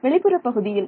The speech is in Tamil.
வெளிப்புறப் பகுதியில்